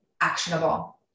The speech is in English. actionable